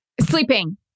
Sleeping